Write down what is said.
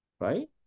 right